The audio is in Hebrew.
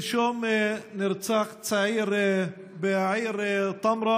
שלשום נרצח צעיר בעיר טמרה.